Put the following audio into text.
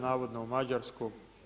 Navodno u Mađarsku.